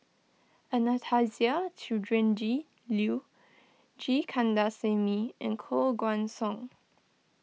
Anastasia Tjendri Liew G Kandasamy and Koh Guan Song